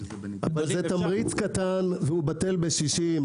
זה תמריץ קטן והוא בטל בשישים.